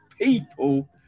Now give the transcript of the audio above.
people